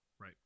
Right